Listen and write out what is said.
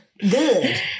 Good